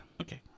Okay